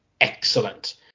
excellent